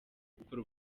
gukora